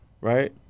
right